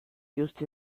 used